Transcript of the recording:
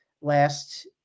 last